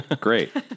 Great